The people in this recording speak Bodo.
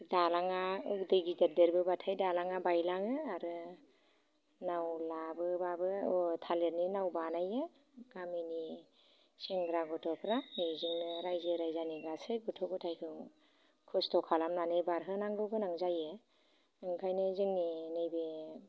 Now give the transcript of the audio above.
दालाङा दै गिदिर देरबोब्लाथाय दालाङा बायलाङो आरो नाव लाबोब्लाबो थालिरनि नाव बानायो गामिनि सेंग्रा गथ'फोरा बेजोंनो रायजो राजानि गासै गथ' गथाय जों खस्थ' खालामनानै बारहोनांगौ गोनां जायो ओंखायनो जोंनि नैबे